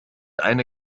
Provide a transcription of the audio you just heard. eine